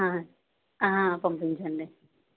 పంపించండి